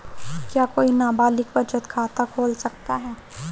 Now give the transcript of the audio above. क्या कोई नाबालिग बचत खाता खोल सकता है?